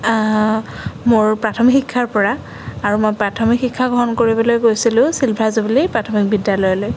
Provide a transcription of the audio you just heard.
মোৰ প্ৰাথমিক শিক্ষাৰপৰা আৰু মই প্ৰাথমিক শিক্ষা গ্ৰহণ কৰিবলৈ গৈছিলোঁ চিলভাৰ জুবিলি প্ৰাথমিক বিদ্যালয়লৈ